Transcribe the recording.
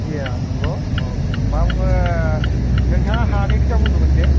ए नंगौ मा बुङो नोंथाङा हानि खोथा बुंदोमोन जे